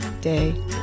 day